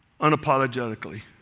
unapologetically